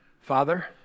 Father